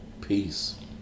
Peace